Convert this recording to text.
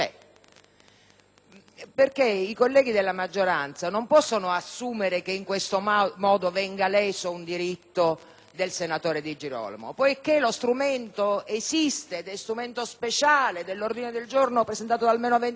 I colleghi della maggioranza non possono assumere che in questo modo venga leso un diritto del senatore Di Girolamo, poiché lo strumento esiste ed è strumento speciale: l'ordine del giorno presentato da almeno venti senatori,